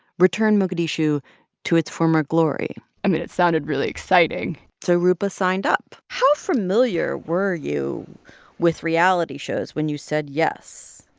return mogadishu to its former glory i mean, it sounded really exciting so roopa signed up how familiar were you with reality shows when you said yes?